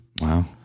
Wow